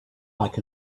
like